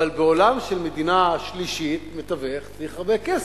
אבל בעולם של מדינה שלישית מתווך צריך הרבה כסף,